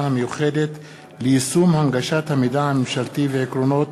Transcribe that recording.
המיוחדת ליישום הנגשת המידע הממשלתי ועקרונות